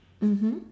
mmhmm